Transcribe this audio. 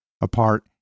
apart